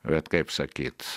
bet kaip sakyt